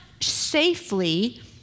safely